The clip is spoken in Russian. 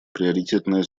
приоритетное